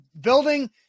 building